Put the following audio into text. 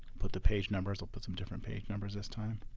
put the page numbers i'll put some different page numbers this time.